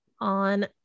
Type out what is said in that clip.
On